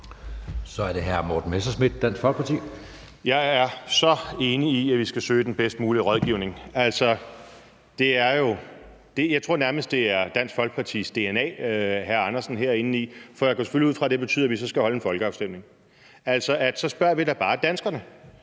Kl. 15:22 Morten Messerschmidt (DF): Jeg er så enig i, at vi skal søge den bedst mulige rådgivning. Altså, jeg tror nærmest, det er Dansk Folkepartis dna, hr. Henrik Rejnholt Andersen her er inde i, for jeg går selvfølgelig ud fra, at det betyder, at vi så skal holde en folkeafstemning – at så spørger vi da bare danskerne.